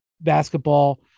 basketball